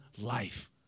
life